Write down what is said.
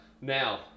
now